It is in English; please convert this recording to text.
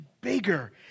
bigger